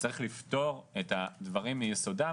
צריך לפתור את הדברים מיסודם,